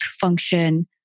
function